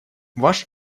ваш